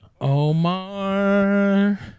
Omar